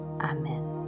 Amen